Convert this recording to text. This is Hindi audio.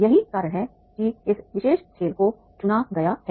यही कारण है कि इस विशेष खेल को चुना गया है